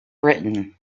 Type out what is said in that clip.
written